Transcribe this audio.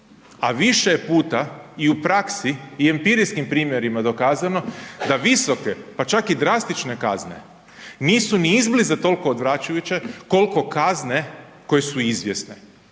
a više je puta i u praksi i empirijskim primjerima dokazano da visoke pa čak i drastične kazne nisu ni izbliza toliko odvraćajuće koliko kazne koje su izvjesne.